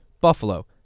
Buffalo